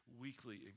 weekly